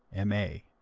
m a.